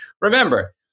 remember